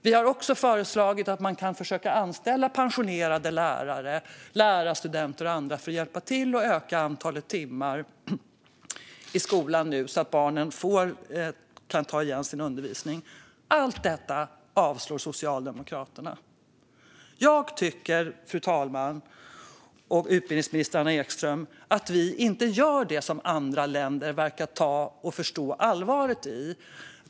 Vi har också föreslagit att man kan försöka anställa pensionerade lärare, lärarstudenter och andra för att hjälpa till att öka antalet timmar i skolan så att barnen kan ta igen sin undervisning. Allt detta avslår Socialdemokraterna. Jag tycker att vi inte gör det som andra länder verkar göra och som de förstår allvaret i, fru talman och utbildningsministern.